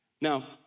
Now